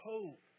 Hope